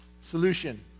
solution